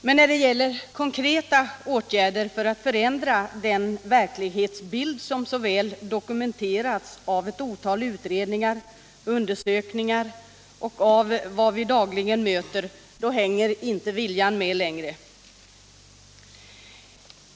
Men när det gäller konkreta åtgärder för att förändra den verklighetsbild som så väl dokumenterats av ett otal utredningar, undersökningar och av vad vi dagligen möter hänger inte viljan med längre.